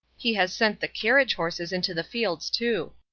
he has sent the carriage horses into the fields too.